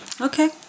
Okay